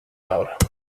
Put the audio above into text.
out